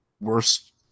worst